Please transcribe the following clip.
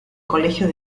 colegio